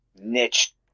niche